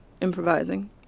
improvising